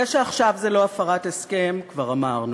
זה שעכשיו זאת לא הפרת הסכם כבר אמרנו.